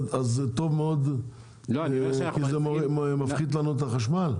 זה עדיין טוב מאוד כי זה מפחית לנו את החשמל?